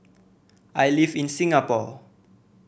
I live in Singapore